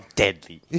deadly